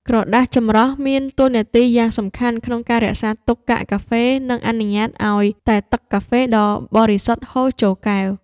ក្រដាសចម្រោះមានតួនាទីយ៉ាងសំខាន់ក្នុងការរក្សាទុកកាកកាហ្វេ និងអនុញ្ញាតឱ្យតែទឹកកាហ្វេដ៏បរិសុទ្ធហូរចូលកែវ។